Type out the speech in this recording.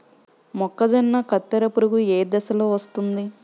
మొక్కజొన్నలో కత్తెర పురుగు ఏ దశలో వస్తుంది?